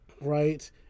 Right